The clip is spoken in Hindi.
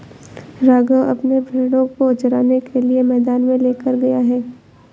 राघव अपने भेड़ों को चराने के लिए मैदान में लेकर गया है